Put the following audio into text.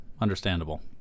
understandable